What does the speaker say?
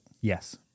yes